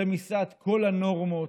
רמיסת כל הנורמות.